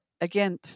again